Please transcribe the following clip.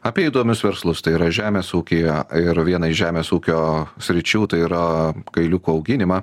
apie įdomius verslus tai yra žemės ūkį ir vieną iš žemės ūkio sričių tai yra kailiukų auginimą